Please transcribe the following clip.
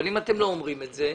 אבל אם אתם לא אומרים את זה,